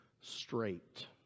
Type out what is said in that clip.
straight